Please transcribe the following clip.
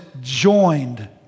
joined